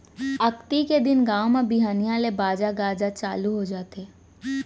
अक्ती के दिन गाँव म बिहनिया ले बाजा गाजा ह चालू हो जाथे